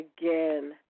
again